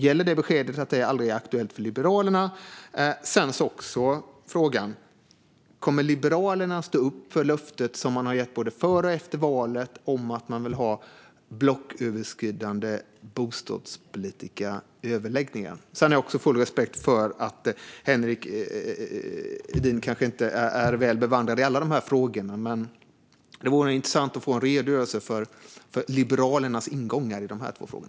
Gäller beskedet att detta aldrig är aktuellt för Liberalerna? Min andra fråga är: Kommer Liberalerna att stå upp för det löfte man har gett både före och efter valet, nämligen att man vill ha blocköverskridande bostadspolitiska överläggningar? Jag har full respekt för att Henrik Edin kanske inte är väl bevandrad i allt detta, men det vore intressant att få en redogörelse för Liberalernas ingångar i dessa två frågor.